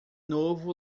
novo